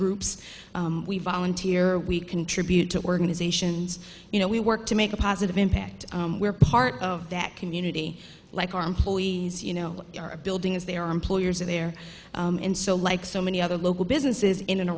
groups we volunteer we contribute to organizations you know we work to make a positive impact where part of that community like our employees you know our building is they are employers are there and so like so many other local businesses in and